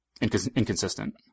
inconsistent